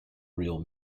real